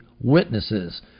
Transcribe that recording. witnesses